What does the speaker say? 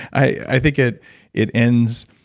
i think it it ends,